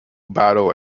battle